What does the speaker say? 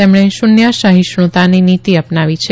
તેમણે શુન્ય સહિષ્ણુતાની નીતી અ નાવી છે